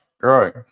right